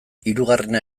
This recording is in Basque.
hirugarrena